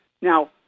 Now